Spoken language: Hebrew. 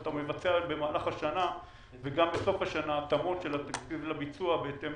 אתה מבצע רק במהלך השנה וגם בסוף השנה התאמות של התקציב לביצוע בהתאם